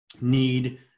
need